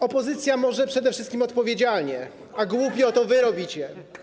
Opozycja może przede wszystkim odpowiedzialnie, a głupio to wy robicie.